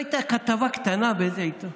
אז הייתה כתבה קטנה באיזה עיתון,